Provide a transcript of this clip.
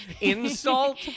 insult